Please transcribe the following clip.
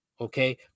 Okay